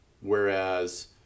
whereas